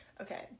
Okay